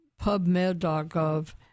pubmed.gov